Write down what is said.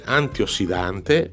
antiossidante